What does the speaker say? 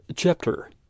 Chapter